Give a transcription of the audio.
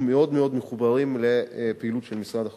מאוד מאוד מחוברים לפעילות של משרד החוץ.